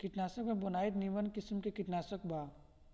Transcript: कीटनाशक में बोनाइड निमन किसिम के कीटनाशक बा